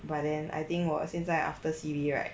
but then I think 我现在 after C_B right